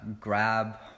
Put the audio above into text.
grab